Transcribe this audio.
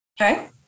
Okay